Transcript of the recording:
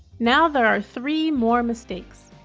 now there are three more mistakes.